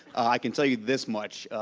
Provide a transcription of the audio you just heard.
i can tell you this much,